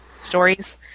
Stories